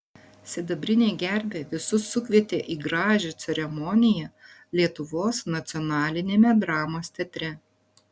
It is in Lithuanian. sidabrinė gervė visus sukvietė į gražią ceremoniją lietuvos nacionaliniame dramos teatre